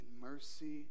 mercy